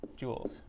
joules